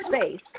space